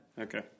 Okay